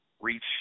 reach